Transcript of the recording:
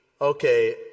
okay